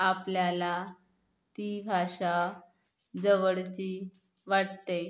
आपल्याला ती भाषा जवळची वाटते